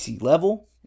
level